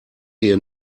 ihr